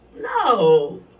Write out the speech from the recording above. no